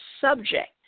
subject